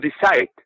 decide